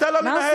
מה עושים אתו?